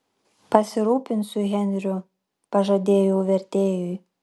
pasirūpinsiu henriu pažadėjau vertėjui